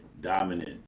dominant